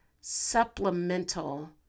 supplemental